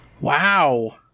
Wow